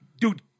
Dude